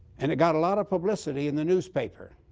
and it got a lot of publicity in the newspaper.